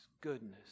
goodness